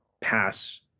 pass